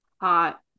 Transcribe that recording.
hot